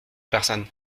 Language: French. personne